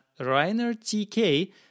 ReinertK